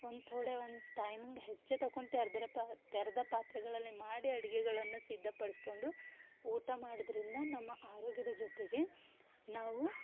ಒಂದು ಥೋಡೆ ಒಂದು ಟೈಮಿಂಗ್ ಹೆಚ್ಚೇ ತೆಕೊಂತ ತೆರ್ದೆರ ಪಾ ತೆರೆದ ಪಾತ್ರೆಗಳಲ್ಲೇ ಮಾಡಿ ಅಡಿಗೆಗಳನ್ನು ಸಿದ್ಧಪಡಿಸ್ಕೊಂಡು ಊಟ ಮಾಡೋದ್ರಿಂದ ನಮ್ಮ ಆರೋಗ್ಯದ ಜೊತೆಗೆ ನಾವು